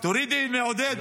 תורידי מעודד.